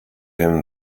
him